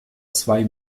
zwei